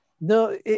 No